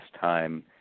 time